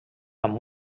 amb